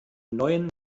neuen